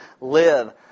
live